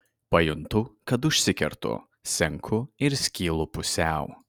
pajuntu kad užsikertu senku ir skylu pusiau